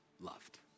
loved